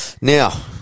Now